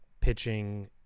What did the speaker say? pitching –